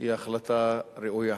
היא החלטה ראויה,